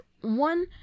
one